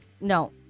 No